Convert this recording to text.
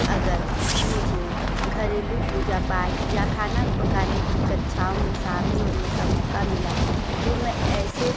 अगर मुझे घरेलू पूजा पाठ या खाना पकाने की कक्षाओं में शामिल होने का मौका मिला तो मैं ऐसे